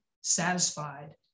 satisfied